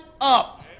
up